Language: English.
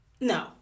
No